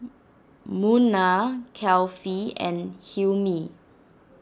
Munah Kefli and Hilmi